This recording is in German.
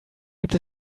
gibt